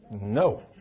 No